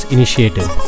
Initiative